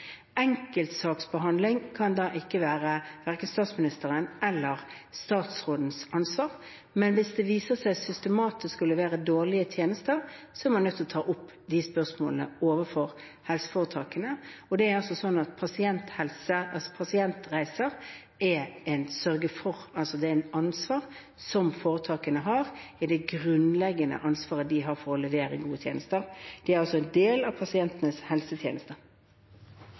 Enkeltsaksbehandling kan da ikke være verken statsministerens eller statsrådens ansvar, men hvis det viser seg at man systematisk leverer dårlige tjenester, er man nødt til ta opp de spørsmålene overfor helseforetakene. Og det er altså sånn at pasientreiser er et sørge-for-ansvar som foretakene har. Det er det grunnleggende ansvaret de har for å levere gode tjenester. Det er en del av